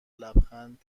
لبخند